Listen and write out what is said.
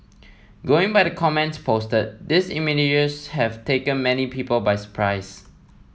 going by the comments posted these have taken many people by surprise